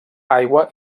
aigua